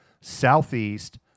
southeast